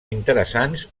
interessants